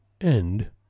End